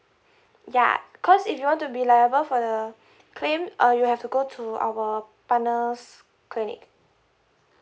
yeah cause if you want to be level for the claim uh you have to go to our partners clinic